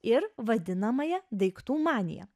ir vadinamąją daiktų maniją